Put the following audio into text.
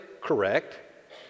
correct